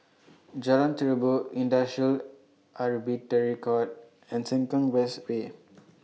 Jalan Terubok Industrial Arbitration Court and Sengkang West Way